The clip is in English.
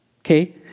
okay